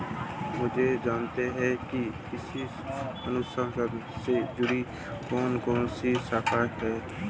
मुझे जानना है कि कृषि अनुसंधान से जुड़ी कौन कौन सी शाखाएं हैं?